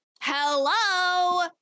Hello